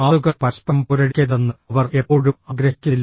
ആളുകൾ പരസ്പരം പോരടിക്കരുതെന്ന് അവർ എപ്പോഴും ആഗ്രഹിക്കുന്നില്ല